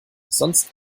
sonst